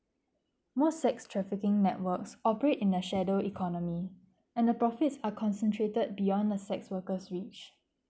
most sex trafficking networks operate in a shadow economy and the profits are concentrated beyond the sex worker's reach